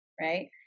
right